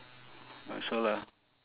that's all ah